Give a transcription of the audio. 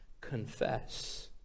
confess